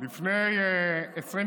לפני 21